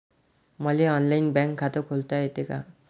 मले online bank खात खोलता येते का?